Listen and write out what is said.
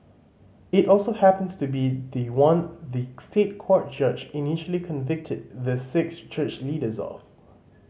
it also happens to be the one the State Court judge initially convicted the six church leaders of